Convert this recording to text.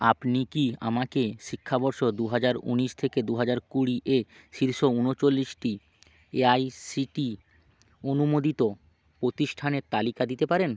আপনি কি আমাকে শিক্ষাবর্ষ দু হাজার ঊনিশ থেকে দু হাজার কুড়ি এ শীর্ষ ঊনচল্লিশটি এআইসিটিই অনুমোদিত প্রতিষ্ঠানের তালিকা দিতে পারেন